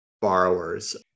borrowers